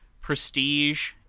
prestige